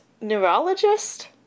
neurologist